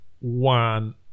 one